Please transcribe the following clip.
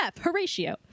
Horatio